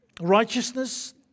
righteousness